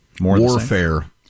Warfare